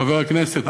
חבר הכנסת,